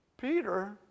Peter